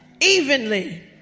evenly